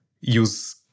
use